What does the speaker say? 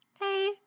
Hey